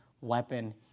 weapon